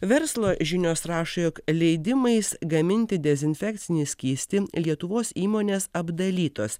verslo žinios rašo jog leidimais gaminti dezinfekcinį skystį lietuvos įmonės apdalytos